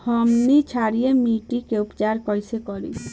हमनी क्षारीय मिट्टी क उपचार कइसे करी?